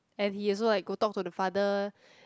and he also like go talk to the father